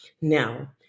Now